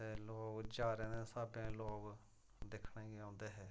ते लोक ज्हारें दे स्हाबें लोक दिक्खने गी औंदे हे